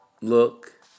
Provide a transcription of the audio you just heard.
look